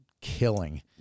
killing